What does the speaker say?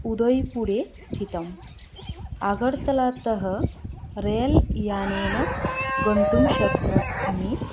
उदयपुरे स्थितम् आगर्तलातः रेल् यानेन गन्तुं शक्नोमि